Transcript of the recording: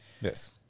yes